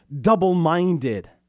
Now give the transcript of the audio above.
double-minded